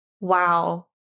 wow